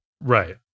Right